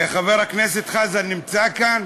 חבר הכנסת חזן נמצא כאן?